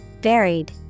Varied